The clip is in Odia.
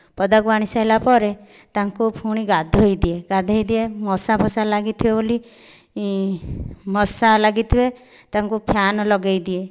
ପଦାକୁ ଆଣିସାରିଲାପରେ ତାଙ୍କୁ ପୁଣି ଗାଧୋଇଦିଏ ଗାଧୋଇଦିଏ ମଶା ଫସା ଲାଗିଥିବେ ବୋଲି ମଶା ଲାଗିଥିବେ ତାଙ୍କୁ ଫ୍ୟାନ୍ ଲଗାଇଦିଏ